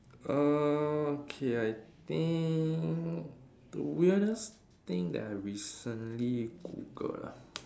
err okay I think the weirdest thing that I recently Googled ah